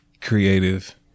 creative